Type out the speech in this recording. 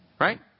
right